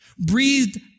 breathed